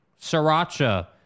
Sriracha